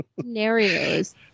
Scenarios